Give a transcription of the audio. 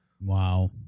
Wow